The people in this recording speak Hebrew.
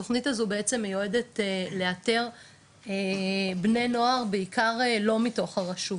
התוכנית הזו בעצם מיועדת לאתר בני נוער בעיקר לא מתוך הרשות,